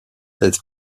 est